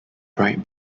bright